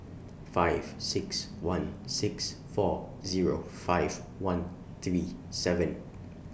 five six one six four Zero five one three seven